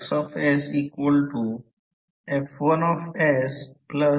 येथे तो emf resistance आहे म्हणजेच जो mmf रिल्यक्टन्स आहे